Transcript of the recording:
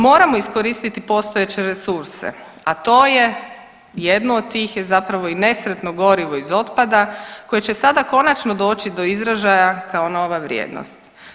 Moramo iskoristiti postojeće resurse, a to je jedno od tih je zapravo i nesretno gorivo iz otpada koje će sada konačno doći do izražaja kao nova vrijednost.